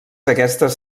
aquestes